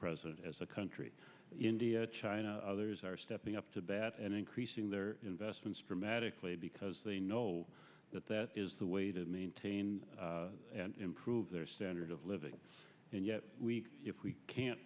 president as a country india china others are stepping up to bat and increasing their investments dramatically because they know that that is the way to maintain and improve their standard of living and yet we if we can't